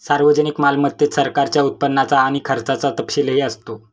सार्वजनिक मालमत्तेत सरकारच्या उत्पन्नाचा आणि खर्चाचा तपशीलही असतो